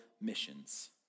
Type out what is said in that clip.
missions